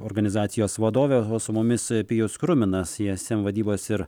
organizacijos vadovė o su mumis pijus krminas ism vadybos ir